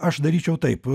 aš daryčiau taip